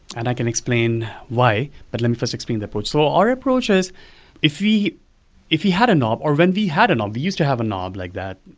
and i can explain why, but let me first explain the approach. so our approach is if we if we had a knob, or when we had a knob we used to have a knob like that,